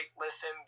listen